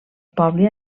poble